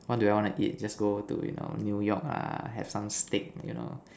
what do I want to eat just go to you know new York lah have some steak you know